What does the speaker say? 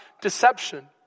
deception